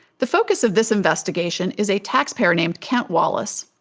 the focus of this investigation is a taxpayer named kent wallace.